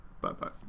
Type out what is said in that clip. Bye-bye